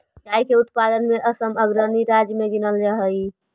चाय के उत्पादन में असम अग्रणी राज्य में गिनल जा हई